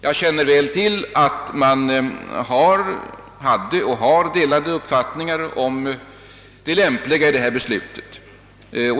Jag känner väl till att man hade och har delade meningar om det lämpliga i det beslutet.